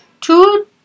two